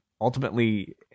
ultimately